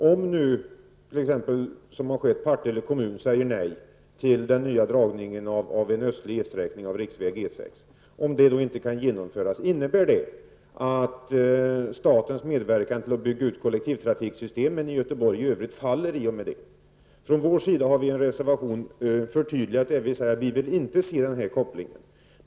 Om nu -- som har skett -- Partille kommun säger nej till den nya dragningen av en östlig sträckning av E 6 och den då inte kan genomföras, innebär det att statens medverkan till utbyggnad av kollektivtrafiksystemen i Göteborg i övrigt faller? Vi har från vår sida i en reservation förtydligat skrivningen och säger att vi inte vill se denna koppling.